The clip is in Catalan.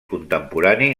contemporani